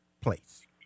place